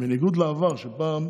בניגוד לעבר, שפעם,